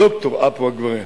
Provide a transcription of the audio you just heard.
ד"ר עפו אגבאריה.